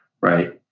right